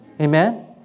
Amen